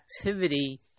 activity